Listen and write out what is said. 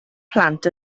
plant